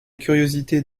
curiosité